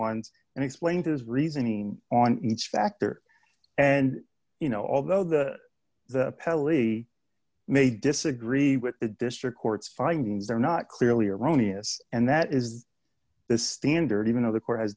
ones and explained his reasoning on each factor and you know although the pelly may disagree with the district court's findings are not clearly erroneous and that is the standard even though the court has